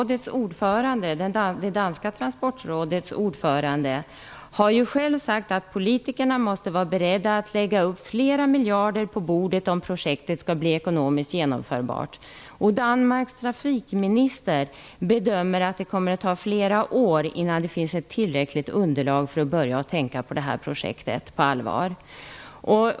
Det danska transportrådets ordförande har själv sagt att politikerna måste vara beredda att lägga upp flera miljarder på bordet om projektet skall bli ekonomiskt genomförbart. Danmarks trafikminister bedömer att det kommer att ta flera år innan det finns ett tillräckligt underlag för att börja tänka på det här projektet på allvar.